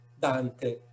Dante